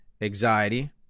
anxiety